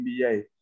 NBA